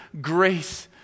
grace